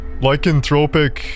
lycanthropic